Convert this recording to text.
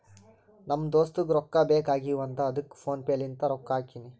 ನಮ್ ದೋಸ್ತುಗ್ ರೊಕ್ಕಾ ಬೇಕ್ ಆಗೀವ್ ಅಂತ್ ಅದ್ದುಕ್ ಫೋನ್ ಪೇ ಲಿಂತ್ ರೊಕ್ಕಾ ಹಾಕಿನಿ